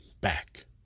back